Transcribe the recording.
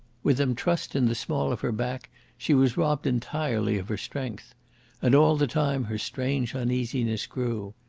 with them trussed in the small of her back she was robbed entirely of her strength and all the time her strange uneasiness grew.